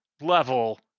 level